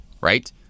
right